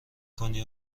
کنی